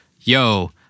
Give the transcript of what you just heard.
yo